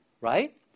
right